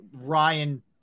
Ryan